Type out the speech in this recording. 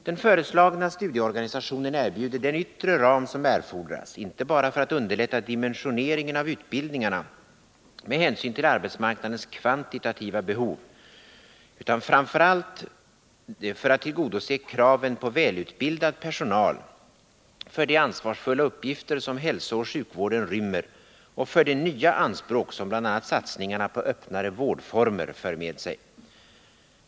Den föreslagna studieorganisationen erbjuder den yttre ram som erfordras, inte bara för att underlätta dimensioneringen av utbildningarna med hänsyn till arbetsmarknadens kvantitativa behov utan framför allt för att tillgodose kraven på välutbildad personal för de ansvarsfulla uppgifter som hälsooch sjukvården rymmer och för de nya anspråk som bl.a. satsningarna på öppnare vårdformer för med sig.